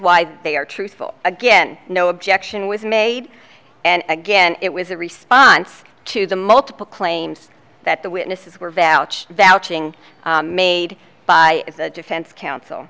why they are truthful again no objection was made and again it was a response to the multiple claims that the witnesses were valid made by the defense counsel